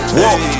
walk